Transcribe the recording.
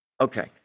Okay